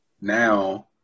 now